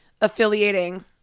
affiliating